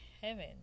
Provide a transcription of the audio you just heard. heaven